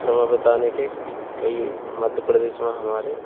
समय बिताने के कई मध्य प्रदेश में हमारे